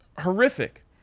horrific